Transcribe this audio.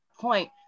point